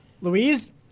Louise